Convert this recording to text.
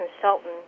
consultant